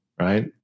right